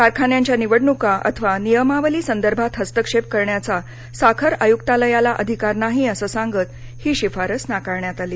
कारखान्यांच्या निवडणुका अथवा नियमावली संदर्भात हस्तक्षेप करण्याचा साखर आयुक्तालयाला अधिकार नाही असं सांगत ही शिफारस नाकारण्यात आली